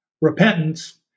repentance